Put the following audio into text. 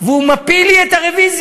והוא מפיל לי את הרוויזיה.